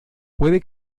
puede